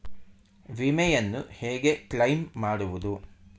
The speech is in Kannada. ವಿಮೆಯನ್ನು ಹೇಗೆ ಕ್ಲೈಮ್ ಮಾಡುವುದು?